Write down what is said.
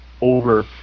over